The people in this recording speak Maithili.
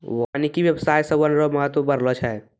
वानिकी व्याबसाय से वन रो महत्व बढ़लो छै